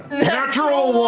natural one!